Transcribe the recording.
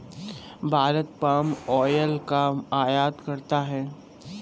Bharat palm oil का आयात करता है